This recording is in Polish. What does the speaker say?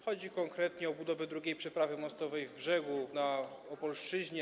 Chodzi konkretnie o budowę drugiej przeprawy mostowej w Brzegu na Opolszczyźnie.